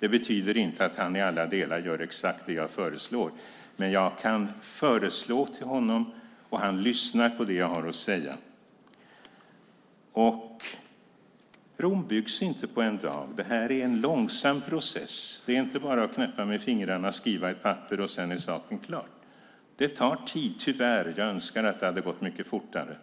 Det betyder inte att han i alla delar gör exakt det jag föreslår, men jag kan föreslå saker och han lyssnar på det jag har att säga. Rom byggs inte på en dag. Det här är en långsam process. Det är inte bara att knäppa med fingrarna, skriva ett papper och sedan är saken klar. Det tar tid, tyvärr. Jag önskar att det hade gått mycket fortare.